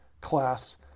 class